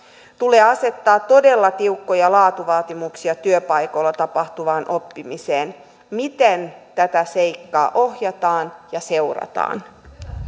tulee asettamaan todella tiukkoja laatuvaatimuksia työpaikoilla tapahtuvaan oppimiseen miten tätä seikkaa ohjataan ja seurataan